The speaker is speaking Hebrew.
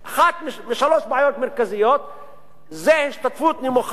אחת משלוש הבעיות המרכזיות זה השתתפות נמוכה